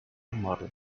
model